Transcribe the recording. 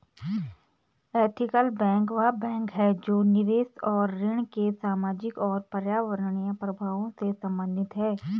ethical bank वह bank है जो निवेश और ऋण के सामाजिक और पर्यावरणीय प्रभावों से संबंधित है